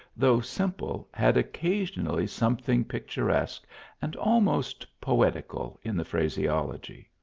though simple, had occasionally something picturesque and almost poetical in the phraseology.